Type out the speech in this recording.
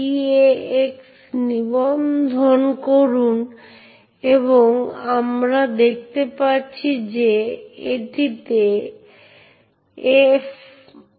এটি ফাইল মুছে ফেলতে বা পরিবর্তন করতে পারে এটি যেকোন ফাইল পড়তে বা চালাতে পারে সেই নির্দিষ্ট নথি পত্রগুলির মালিকের থেকে স্বাধীন